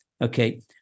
Okay